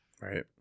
Right